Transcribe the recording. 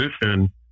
position